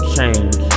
Change